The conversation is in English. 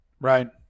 Right